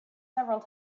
several